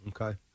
Okay